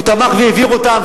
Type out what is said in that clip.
הוא תמך בהם והעביר אותם,